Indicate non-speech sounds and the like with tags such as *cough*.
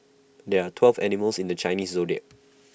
there are twelve animals in the Chinese Zodiac *noise*